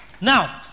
Now